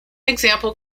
example